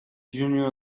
junior